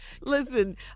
Listen